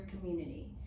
community